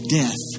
death